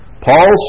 Paul